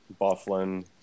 Bufflin